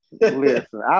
Listen